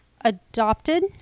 adopted